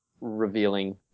revealing